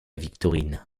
victorine